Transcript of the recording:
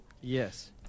Yes